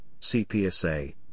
CPSA